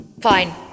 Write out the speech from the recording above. Fine